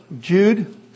Jude